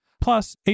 Plus